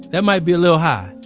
that might be a little high,